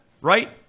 right